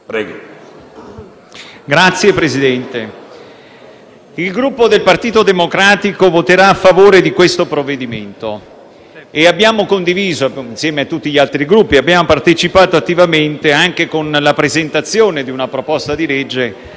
Signor Presidente, il Gruppo Partito Democratico voterà a favore di questo provvedimento che abbiamo condiviso con tutti gli altri Gruppi e alla cui redazione abbiamo partecipato attivamente anche con la presentazione di una proposta di legge